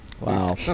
Wow